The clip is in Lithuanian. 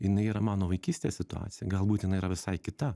jinai yra mano vaikystės situacija galbūt jinai yra visai kita